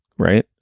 right.